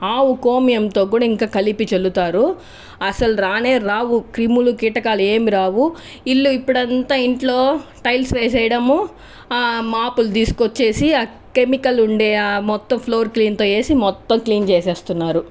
ఆవు కోమియోంతో కూడా ఇంకా కలిపి చల్లుతారు అసలు రానే రావు క్రిములు కీటకాలు ఏమి రావు ఇల్లు ఇప్పుడంతా ఇంట్లో టైల్స్ వేసేయడము ఆ మపులు తీసుకువచ్చేసి ఆ కెమికల్ ఉండే మొత్తం ఆ ఫ్లోర్ క్లీన్తో వేసి మొత్తం క్లీన్ చేసేస్తున్నారు